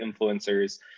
influencers